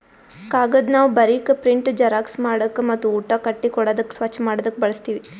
ಕಾಗದ್ ನಾವ್ ಬರೀಕ್, ಪ್ರಿಂಟ್, ಜೆರಾಕ್ಸ್ ಮಾಡಕ್ ಮತ್ತ್ ಊಟ ಕಟ್ಟಿ ಕೊಡಾದಕ್ ಸ್ವಚ್ಚ್ ಮಾಡದಕ್ ಬಳಸ್ತೀವಿ